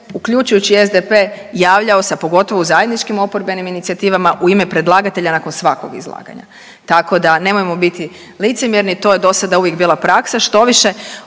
uključujući i SDP javljao se pogotovo u zajedničkim oporbenim inicijativama u ime predlagatelja nakon svakog izlaganja. Tako da nemojmo biti licemjerni. To je do sada uvijek bila praksa. Štoviše